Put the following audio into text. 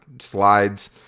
slides